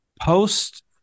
post